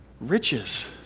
riches